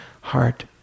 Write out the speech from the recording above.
heart